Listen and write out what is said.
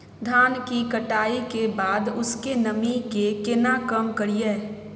धान की कटाई के बाद उसके नमी के केना कम करियै?